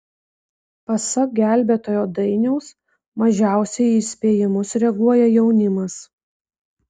pasak gelbėtojo dainiaus mažiausiai į įspėjimus reaguoja jaunimas